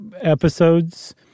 episodes